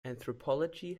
anthropology